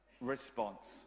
response